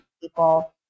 people